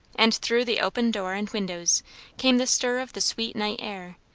and through the open door and windows came the stir of the sweet night air,